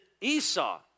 esau